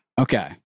Okay